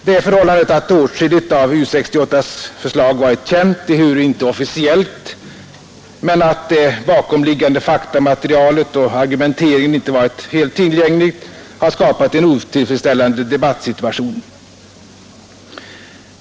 Det förhållandet att åtskilligt av U 68:s förslag varit känt — ehuru inte officiellt — men att det bakomliggande faktamaterialet och argumenteringen inte varit helt tillgängliga har skapat en otillfredsställande debattsituation.